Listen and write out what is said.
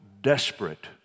desperate